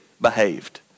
behaved